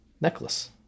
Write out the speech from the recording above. necklace